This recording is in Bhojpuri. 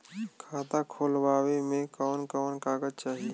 खाता खोलवावे में कवन कवन कागज चाही?